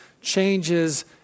changes